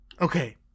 Okay